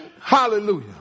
Hallelujah